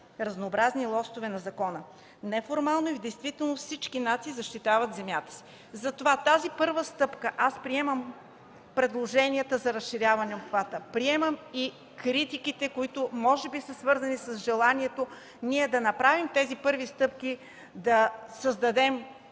разнообразни лостове на закона. Неформално и в действителност всички нации защитават земята си. Затова в тази първа стъпка приемам предложенията за разширяване на обхвата, приемам и критиките, които може би са свързани с желанието ние да направим тези първи стъпки да създадем